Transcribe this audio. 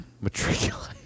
matriculate